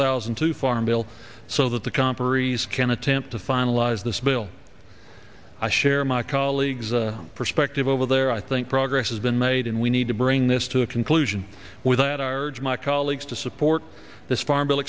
thousand two farm bill so that the conferees can attempt to finalize this bill i share my colleagues perspective over there i think progress has been made and we need to bring this to a conclusion with that arch my colleagues support this farm bill